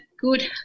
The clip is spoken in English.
Good